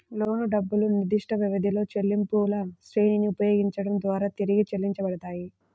లోను డబ్బులు నిర్దిష్టవ్యవధిలో చెల్లింపులశ్రేణిని ఉపయోగించడం ద్వారా తిరిగి చెల్లించబడతాయి